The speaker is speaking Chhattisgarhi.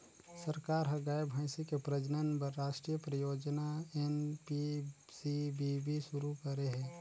सरकार ह गाय, भइसी के प्रजनन बर रास्टीय परियोजना एन.पी.सी.बी.बी सुरू करे हे